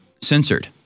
censored